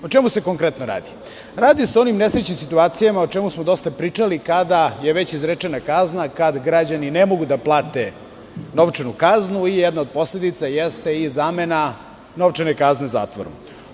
O čemu se konkretno radi? radi se o nesrećnim situacijama, o čemu smo dosta pričali, kada je već izrečena kazna, kada građani ne mogu da plate novčanu kaznu i jedna od posledica jeste zamena novčane kazne zatvorom.